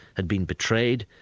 had been betrayed.